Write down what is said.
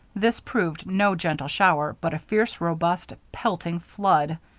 this proved no gentle shower, but a fierce, robust, pelting flood.